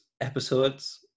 episodes